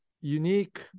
unique